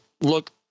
look